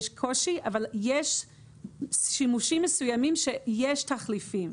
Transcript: יש קושי, אבל יש שימושים מסוימים שיש תחליפים.